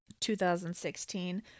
2016